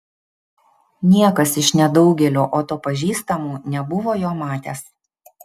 niekas iš nedaugelio oto pažįstamų nebuvo jo matęs